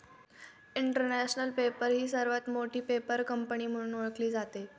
international Paper ही सर्वात मोठी पेपर कंपनी म्हणून ओळखली जाते